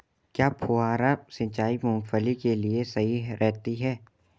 क्या फुहारा सिंचाई मूंगफली के लिए सही रहती है?